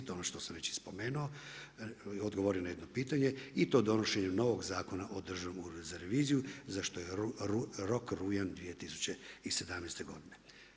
To je ono što sam već i spomenuo, odgovorio na jedno pitanje i to donošenju novog Zakona o Državnom uredu za reviziju za što je rok rujan 2017. godine.